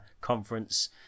conference